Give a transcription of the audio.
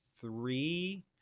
three